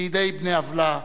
בידי בני עוולה,